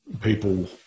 people